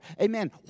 Amen